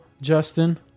justin